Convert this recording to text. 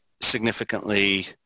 significantly